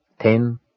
ten